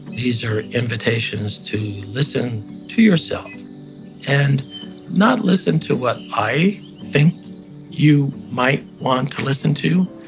these are invitations to listen to yourself and not listen to what i think you might want to listen to.